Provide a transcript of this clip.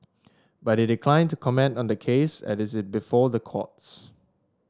but it declined to comment on the case as it is before the courts